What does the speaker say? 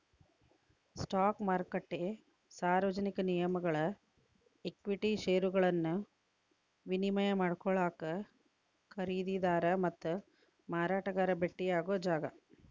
stock ಮಾರುಕಟ್ಟೆ ಸಾರ್ವಜನಿಕ ನಿಗಮಗಳ ಈಕ್ವಿಟಿ ಷೇರುಗಳನ್ನ ವಿನಿಮಯ ಮಾಡಿಕೊಳ್ಳಾಕ ಖರೇದಿದಾರ ಮತ್ತ ಮಾರಾಟಗಾರ ಭೆಟ್ಟಿಯಾಗೊ ಜಾಗ